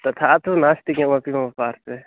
तथा तु नास्ति किमपि मम पार्श्वे